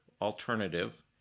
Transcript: alternative